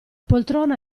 poltrona